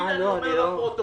הנה אני אומר לפרוטוקול.